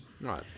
right